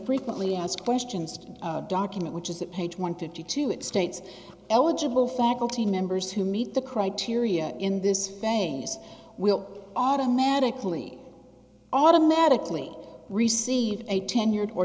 frequently asked questions to document which is that page one fifty two it states eligible faculty members who meet the criteria in this phase will automatically automatically receive a tenured or